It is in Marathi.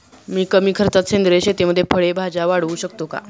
मी कमी खर्चात सेंद्रिय शेतीमध्ये फळे भाज्या वाढवू शकतो का?